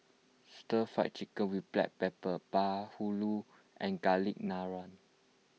Stir Fried Chicken with Black Pepper Bahulu and Garlic Naan